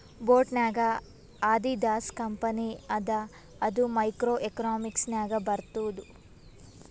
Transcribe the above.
boat ನಾಗ್ Adidas company ಅದ ಅದು ಮೈಕ್ರೋ ಎಕನಾಮಿಕ್ಸ್ ನಾಗೆ ಬರ್ತುದ್